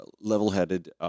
Level-headed